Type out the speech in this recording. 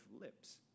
lips